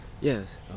Yes